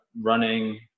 running